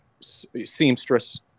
seamstress